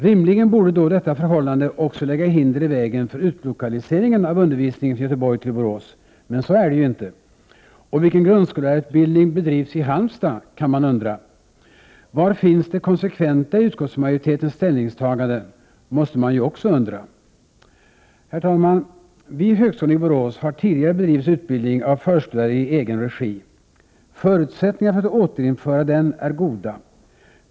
Rimligen borde då detta förhållande också lägga hinder i vägen för utlokaliseringen av undervisningen från Göteborg till Borås, men så är det ju inte. Och vilken grundskollärarutbildning bedrivs i Halmstad? kan man undra. Var finns det konsekventa i utskottsmajoritetens ställningstagande? måste man ju också undra. Herr talman! Vid högskolan i Borås har tidigare bedrivits utbildning av förskollärare i egen regi. Förutsättningarna för att återinföra denna utbildning är goda.